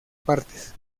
partes